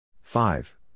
five